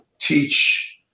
teach